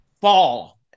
fall